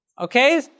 Okay